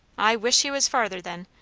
i wish he was farther, then!